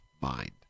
mind